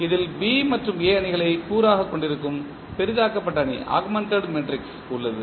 இதில் B மற்றும் A அணிகளைக் கூறாக கொண்டிருக்கும் பெரிதாக்கப்பட்ட அணி உள்ளது